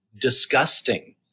disgusting